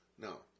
no